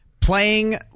playing